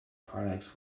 products